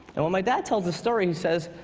and when my dad tells the story, he says,